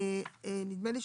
נדמה לי,